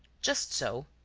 just so.